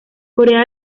corea